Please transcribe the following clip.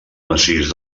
massís